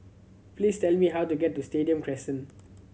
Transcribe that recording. please tell me how to get to Stadium Crescent